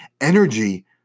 Energy